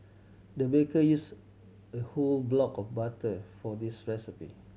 the baker use a whole block of a butter for this recipe